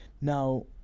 now